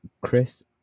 chris